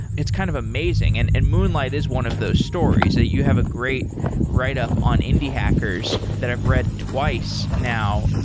it's kind of amazing. and and moonlight is one of those stories. you have a great write-up on indie hackers that i've read twice now,